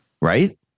Right